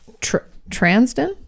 Transden